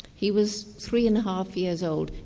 he was three and a half years old,